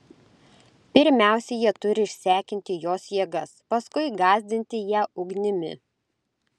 pirmiausia jie turi išsekinti jos jėgas paskui gąsdinti ją ugnimi